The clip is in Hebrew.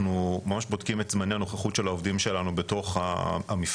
ממש בודקים את זמני הנוכחות של העובדים שלנו בתוך המפעל.